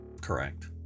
Correct